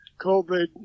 COVID